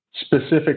specific